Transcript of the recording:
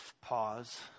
Pause